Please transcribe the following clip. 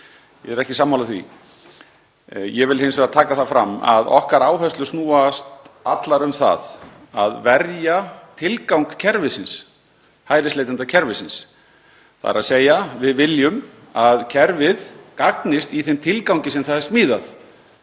ég er ekki sammála því. Ég vil hins vegar taka fram að okkar áherslur snúast allar um að verja tilgang kerfisins, hælisleitendakerfisins. Við viljum að kerfið gagnist í þeim tilgangi sem það er smíðað